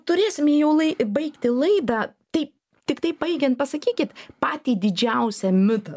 turėsime jau lai baigti laidą taip tiktai baigiant pasakykit patį didžiausią mitą